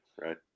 right